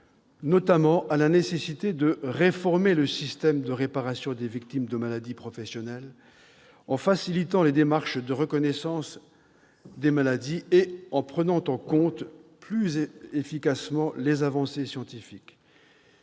notamment, à la nécessité de réformer le système de réparation des victimes de maladies professionnelles en facilitant les démarches de reconnaissance des maladies et en prenant en compte plus efficacement les avancées scientifiques.